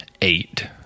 eight